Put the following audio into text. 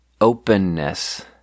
openness